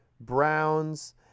Browns